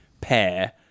pair